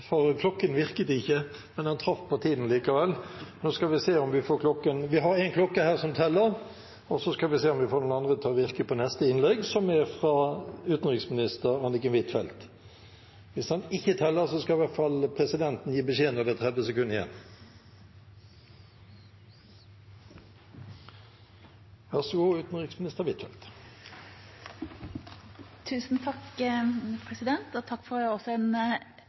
for klokken virket ikke, men han traff på tiden likevel. Vi har én klokke her som teller, og så skal vi se om vi får den andre til å virke på neste innlegg, som er fra utenriksminister Anniken Huitfeldt. Hvis den ikke virker, skal i hvert fall presidenten gi beskjed når det er 30 sekunder igjen. Takk for en god